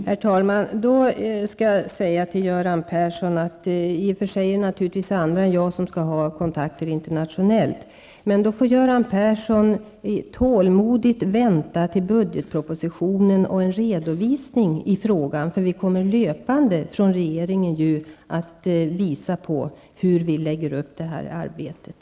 Herr talman! Då vill jag säga till Göran Persson att det naturligtvis är andra än jag som skall ha kontakter internationellt. Göran Persson får tålmodigt vänta tills budgetpropositionen kommer och det blir en redovisning. Regeringen kommer ju att löpande visa hur den lägger upp arbetet.